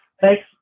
Thanks